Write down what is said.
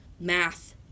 math